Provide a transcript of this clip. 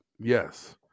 yes